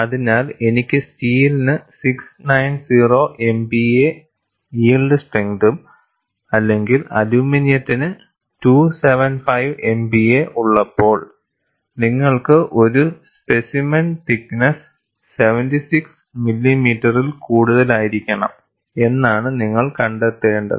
അതിനാൽ എനിക്ക് സ്റ്റീലിന് 690 MPa യിൽഡ് സ്ട്രെങ്തും അല്ലെങ്കിൽ അലുമിനിയത്തിന് 275 MPa ഉള്ളപ്പോൾ നിങ്ങൾക്ക് ഒരു സ്പെസിമെൻ തിക്ക് നെസ്സ് 76 മില്ലിമീറ്ററിൽ കൂടുതലായിരിക്കണം എന്നാണ് നിങ്ങൾ കണ്ടെത്തേണ്ടത്